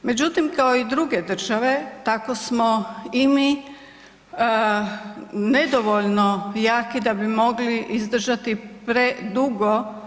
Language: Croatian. Međutim, kao i druge države, tako smo i mi nedovoljno jaki da bi mogli izdržati predugo.